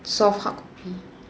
soft hardcopy I don't know